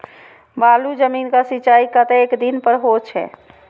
बालू जमीन क सीचाई कतेक दिन पर हो छे?